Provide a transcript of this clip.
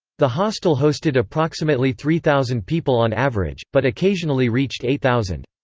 the hostel hosted approximately three thousand people on average, but occasionally reached eight thousand.